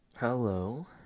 Hello